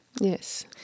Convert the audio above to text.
Yes